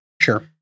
sure